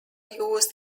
used